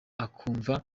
akumva